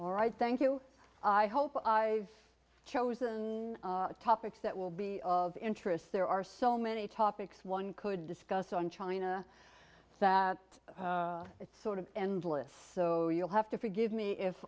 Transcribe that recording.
all right thank you i hope i've chosen topics that will be of interest there are so many topics one could discuss on china that it's sort of endless so you'll have to forgive me if